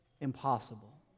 impossible